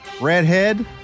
Redhead